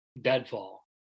deadfall